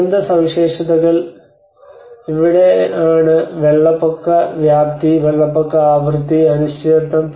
ദുരന്ത സവിശേഷതകൾ ഇവിടെയാണ് വെള്ളപ്പൊക്ക വ്യാപ്തി വെള്ളപ്പൊക്ക ആവൃത്തി അനിശ്ചിതത്വം